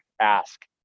ask